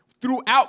Throughout